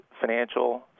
financial